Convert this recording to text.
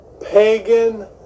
pagan